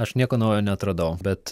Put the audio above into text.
aš nieko naujo neatradau bet